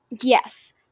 Yes